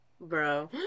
Bro